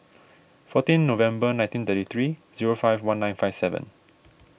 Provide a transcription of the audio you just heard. fourteen November nineteen thirty three zero five one nine five seven